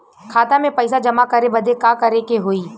खाता मे पैसा जमा करे बदे का करे के होई?